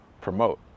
promote